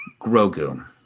Grogu